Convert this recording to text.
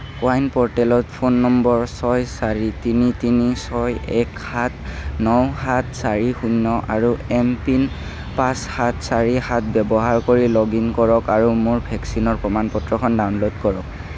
wine প'ৰ্টেলত phone number ছয় চাৰি তিনি তিনি ছয় এক সাত ন সাত চাৰি শূণ্য আৰু এম পিন পাঁচ সাত চাৰি সাত ব্যৱহাৰ কৰি লগ ইন কৰক আৰু মোৰ ভেকচিনৰ প্ৰমাণ পত্ৰখন ডাউনলোড কৰক